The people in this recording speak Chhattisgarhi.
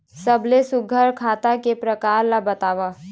सबले सुघ्घर खाता के प्रकार ला बताव?